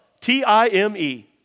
T-I-M-E